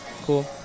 cool